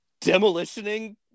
demolitioning